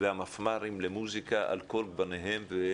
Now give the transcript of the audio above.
והמפמ"רים למוסיקה על כל פניהם.